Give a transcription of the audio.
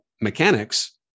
mechanics